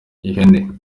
ihene